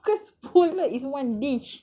because pulut is one dish